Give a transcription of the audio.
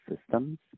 systems